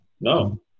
No